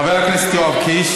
כל כך מופקרת, יואב קיש.